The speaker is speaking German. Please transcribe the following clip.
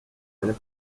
eine